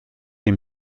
him